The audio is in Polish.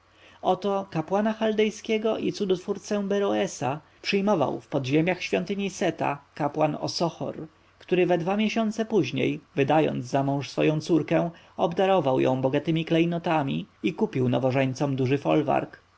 oto kapłana chaldejskiego i cudotwórcę beroesa przyjmował w podziemiach świątyni seta kapłan osochor który we dwa miesiące później wydając zamąż swoją córkę obdarował ją bogatemi klejnotami i kupił nowożeńcom duży folwark